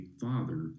father